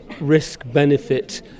risk-benefit